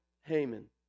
Haman